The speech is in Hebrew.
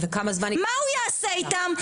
מה הוא יעשה איתם?